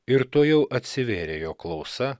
ir tuojau atsivėrė jo klausa